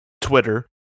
Twitter